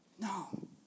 No